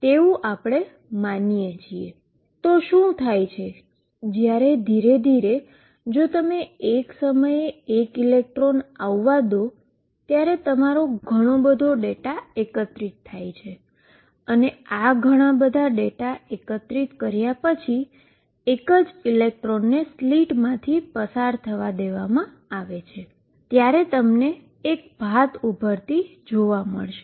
તેથી શું થાય છે જ્યારે ધીરે ધીરે જો તમે એક સમયે એક ઇલેક્ટ્રોન આવવા દો ત્યારે તમારો ઘણો બધો ડેટા એકત્રિત થાય છે અને આ ઘણા બધા ડેટા એકત્રિત કર્યા પછી એક જ ઇલેક્ટ્રોનને સ્લિટમાંથી પસાર થવા દેવામાં આવે છે ત્યારે તમને એક પેટર્ન ઉભરાતી જોવા મળશે